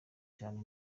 cyane